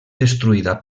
destruïda